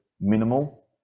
minimal